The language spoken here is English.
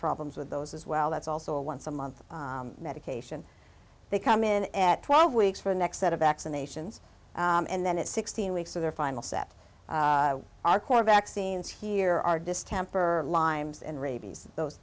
problems with those as well that's also a once a month medication they come in at twelve weeks for the next set of vaccinations and then it's sixteen weeks of their final set our core vaccines here are distemper lymes and rabies those